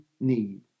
need